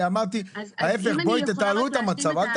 אמרתי ההיפך, בואו תייעלו את המצב.